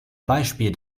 beispiel